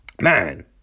Man